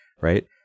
right